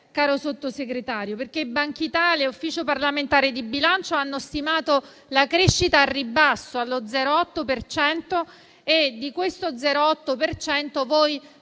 caro Sottosegretario, perché Bankitalia e Ufficio parlamentare di bilancio hanno stimato la crescita al ribasso allo 0,8 per cento e di